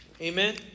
Amen